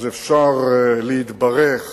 אז אפשר להתברך